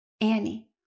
Annie